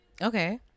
Okay